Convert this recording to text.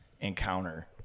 encounter